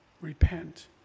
repent